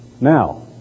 Now